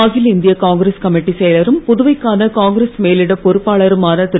அகில இந்திய காங்கிரஸ் கமிட்டி செயலரும் புதுவைக்கான காங்கிரஸ் மேலிட பொறுப்பாளருமான திரு